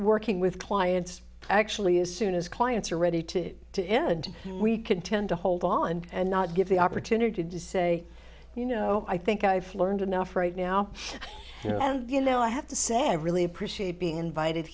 working with clients actually as soon as clients are ready to to end we can tend to hold on and not give the opportunity to say you know i think i've learned enough right now you know and you know i have to say i really appreciate being invited